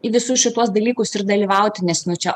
į visus šituos dalykus ir dalyvauti nes nu čia